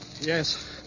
Yes